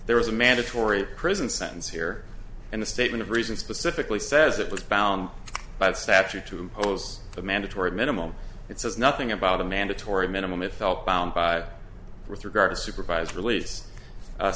there was a mandatory prison sentence here and the statement of reason specifically says it was bound by statute to impose a mandatory minimum it says nothing about the mandatory minimum it felt bound by with regard to supervised release